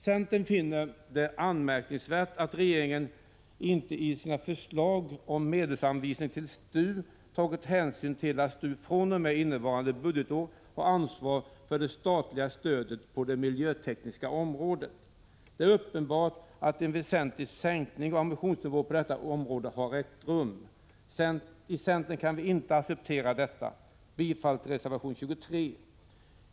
Centern finner det anmärkningsvärt att regeringen i sina förslag om medelsanvisning till STU inte har tagit hänsyn till att STU fr.o.m. innevarande budgetår har ansvar för det statliga stödet på det miljötekniska området. Det är uppenbart att en väsentlig sänkning av ambitionsnivån på detta område har ägt rum. Vi i centern kan inte acceptera detta. Jag yrkar bifall till reservation 23.